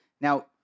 Now